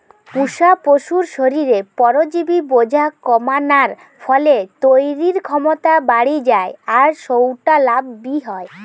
পুশা পশুর শরীরে পরজীবি বোঝা কমানার ফলে তইরির ক্ষমতা বাড়ি যায় আর সউটা লাভ বি হয়